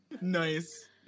Nice